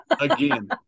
Again